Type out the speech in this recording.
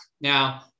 now